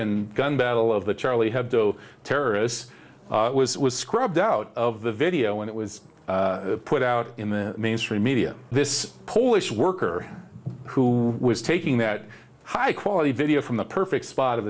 and gun battle of the charlie hebdo terrorists was it was scrubbed out of the video and it was put out in the mainstream media this polish worker who was taking that high quality video from the perfect spot of